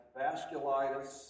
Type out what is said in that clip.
vasculitis